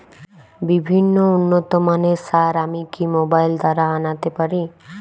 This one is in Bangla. বিভিন্ন উন্নতমানের সার আমি কি মোবাইল দ্বারা আনাতে পারি?